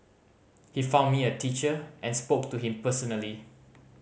he found me a teacher and spoke to him personally